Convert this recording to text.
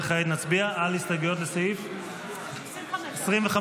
וכעת נצביע על הסתייגויות לסעיף 25,